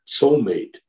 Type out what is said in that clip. soulmate